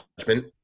judgment